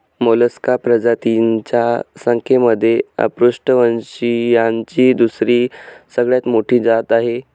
Mollusca प्रजातींच्या संख्येमध्ये अपृष्ठवंशीयांची दुसरी सगळ्यात मोठी जात आहे